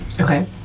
Okay